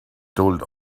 told